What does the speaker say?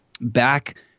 back